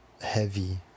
heavy